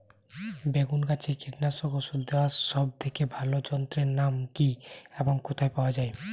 বেগুন গাছে কীটনাশক ওষুধ দেওয়ার সব থেকে ভালো যন্ত্রের নাম কি এবং কোথায় পাওয়া যায়?